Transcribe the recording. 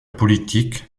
politique